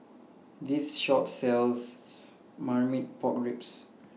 This Shop sells Marmite Pork Ribs